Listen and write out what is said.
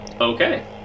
Okay